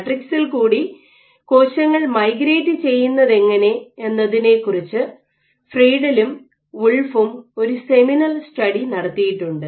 മാട്രിക്സിൽ കൂടി കോശങ്ങൾ മൈഗ്രേറ്റ് ചെയ്യുന്നതെങ്ങനെ എന്നതിനെക്കുറിച്ച് ഫ്രീഡലും വുൾഫും ഒരു സെമിനൽ സ്റ്റഡി നടത്തിയിട്ടുണ്ട്